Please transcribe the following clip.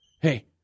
hey